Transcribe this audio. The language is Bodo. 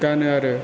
गानो आरो